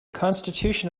constitution